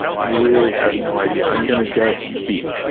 really have no idea i'm going to guess the